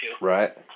Right